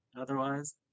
otherwise